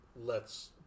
lets